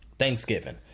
Thanksgiving